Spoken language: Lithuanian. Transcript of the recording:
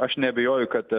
aš neabejoju kad